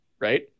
right